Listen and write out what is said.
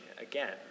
again